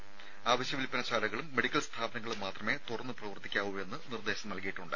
അവശ്യ സാധന വിൽപ്പന ശാലകളും മെഡിക്കൽ സ്ഥാപനങ്ങളും മാത്രമേ തുറന്ന് പ്രവർത്തിക്കാവൂ എന്ന് നിർദ്ദേശം നൽകിയിട്ടുണ്ട്